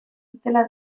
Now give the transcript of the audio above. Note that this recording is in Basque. dutela